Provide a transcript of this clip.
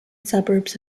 suburbs